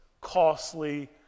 costly